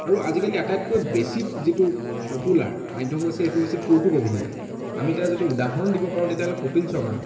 আৰু আজিকালি আটাইতকৈ বেছি যিটো পপুলাৰ মাধ্য়ম হৈছে সেইটো হৈছে কৌতুক অভিনেতা আমি এটা যদি উদাহৰণ দিব পাৰোঁ তেতিয়াহ'লে কপিল শৰ্মা